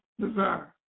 desire